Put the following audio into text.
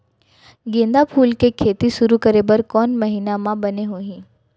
गेंदा फूल के खेती शुरू करे बर कौन महीना मा बने होही?